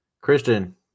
Christian